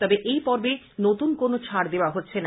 তবে এই পর্বে নতুন কোনো ছাড় দেওয়া হচ্ছে না